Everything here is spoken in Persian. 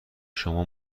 شما